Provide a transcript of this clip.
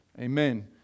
Amen